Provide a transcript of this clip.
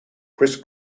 criss